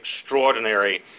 extraordinary